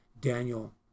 Daniel